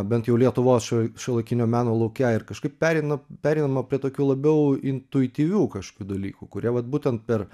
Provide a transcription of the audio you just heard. bent jau lietuvos šiuolaikinio meno lauke ir kažkaip pereina pereinama prie tokių labiau intuityvių kažkokių dalykų kurie vat būtent per